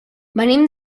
venim